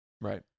Right